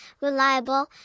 reliable